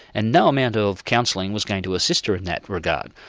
and no amount of counselling was going to assist her in that regard.